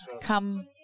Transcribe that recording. Come